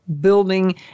building